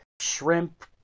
shrimp